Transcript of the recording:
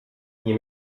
nie